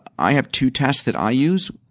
i have two tests that i use.